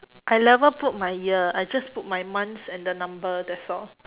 I never put my year I just put my months and the number that's all